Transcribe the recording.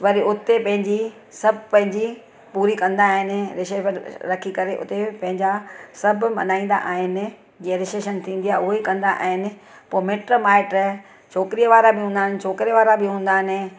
वरी उते पंहिंजी सभु पंहिंजी पूरी कंदा आहिनि रखी करे उते पंहिंजा सभु मल्हाईंदा आहिनि जीअं रिसेशन थींदी आहे उहा ई कंदा आहिनि पोइ मिटु माइटु छोकिरी वारा बि हूंदा आहिनि छोकिरे वारा बि हूंदा आहिनि